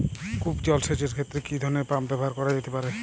কূপ জলসেচ এর ক্ষেত্রে কি ধরনের পাম্প ব্যবহার করা যেতে পারে?